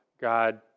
God